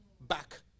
back